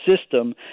system